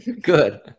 good